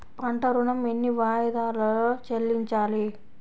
పంట ఋణం ఎన్ని వాయిదాలలో చెల్లించాలి?